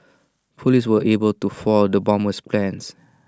Police were able to foil the bomber's plans